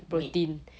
meat